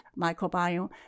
microbiome